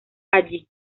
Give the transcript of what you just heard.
allí